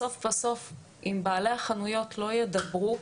בסוף בסוף אם בעלי החנויות לא ידברו,